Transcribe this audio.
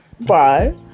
Bye